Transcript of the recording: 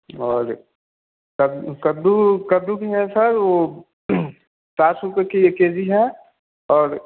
और कद कद्दू कद्दू कद्दू भी है सर वह पचास रुपये कि एक के जी है और